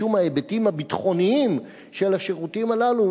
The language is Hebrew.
משום ההיבטים הביטחוניים של השירותים הללו,